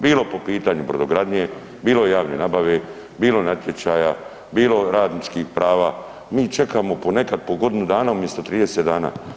Bilo po pitanju brodogradnje, bili javne nabave, bilo natječaja, bilo radničkih prava, mi čekamo nekad po godinu dana umjesto 30 dana.